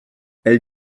elles